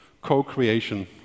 co-creation